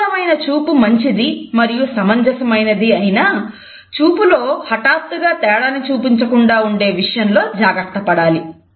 అనుకూలమైన చూపు మంచిది మరియు సమంజసమైనది అయినా చూపులో హఠాత్తుగా తేడాను చూపించకుండా ఉండె విషయంలో జాగ్రత్తపడాలి